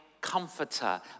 comforter